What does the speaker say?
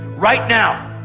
right now.